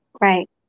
Right